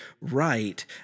right